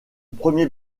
premier